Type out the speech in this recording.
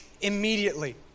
immediately